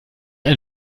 ein